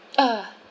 uh